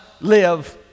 live